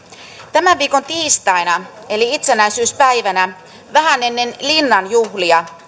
tämän viikon tiistaina eli itsenäisyyspäivänä vähän ennen linnan juhlia